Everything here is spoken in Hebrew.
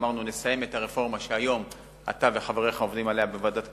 אמרנו: נסיים את הרפורמה שהיום אתה וחבריך עובדים עליה בוועדת הכלכלה,